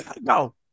No